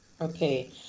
okay